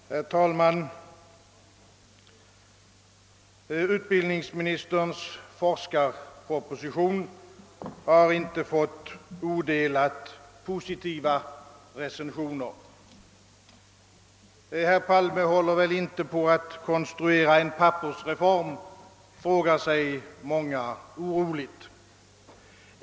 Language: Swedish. Herr talman! Utbildningsministerns forskarproposition har inte fått odelat positiva recensioner. Herr Palme håller väl inte på att konstruera en pappersreform? frågar sig många oroligt.